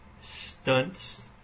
stunts